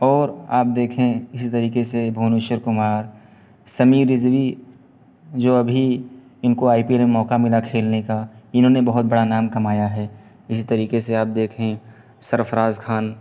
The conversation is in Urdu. اور آپ دیکھیں اسی طریقے سے بھونیشور کمار سمیر رضوی جو ابھی ان کو آئی پی ایل میں موقع ملا کھیلنے کا انہوں نے بہت بڑا نام کمایا ہے اسی طریقے سے آپ دیکھیں سرفراز خان